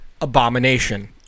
abomination